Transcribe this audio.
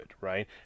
right